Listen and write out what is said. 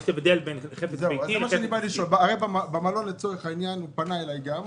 יש הבדל בין חפץ ביתי לבין חפץ עסקי.